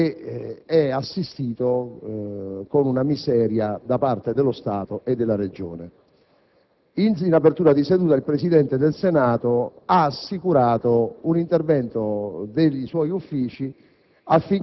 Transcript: assistito con una miseria da parte dello Stato e della Regione. In apertura di seduta, il Presidente del Senato ha assicurato un intervento dei suoi Uffici